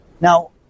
Now